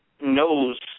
knows